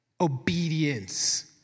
obedience